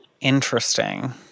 interesting